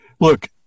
look